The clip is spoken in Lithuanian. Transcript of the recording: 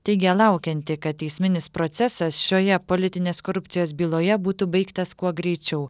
teigė laukianti kad teisminis procesas šioje politinės korupcijos byloje būtų baigtas kuo greičiau